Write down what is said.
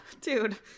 dude